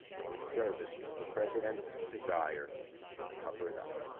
or in service of the president's desire to cover it up.